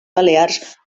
balears